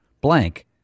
blank